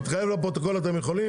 להתחייב לפרוטוקול אתם יכולים?